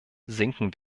sinken